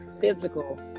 physical